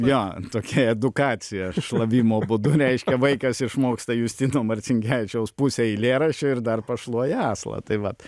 jo tokia edukacija šlavimo būdu reiškia vaikas išmoksta justino marcinkevičiaus pusę eilėraščio ir dar pašluoja aslą tai vat